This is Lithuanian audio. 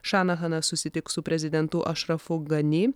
šanahanas susitiks su prezidentu ašrafu gani